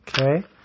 Okay